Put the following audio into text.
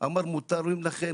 אמר מותרים לכם,